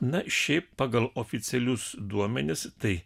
na šiaip pagal oficialius duomenis tai